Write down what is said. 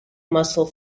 muscle